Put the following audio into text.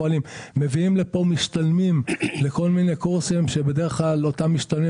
מביאים לפה משתלמים לכל מיני קורסים שבדרך כלל אותם משתלמים